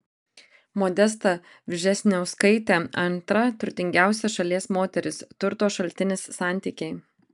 modesta vžesniauskaitė antra turtingiausia šalies moteris turto šaltinis santykiai